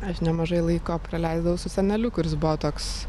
aš nemažai laiko praleidau su seneliu kuris buvo toks